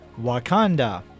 Wakanda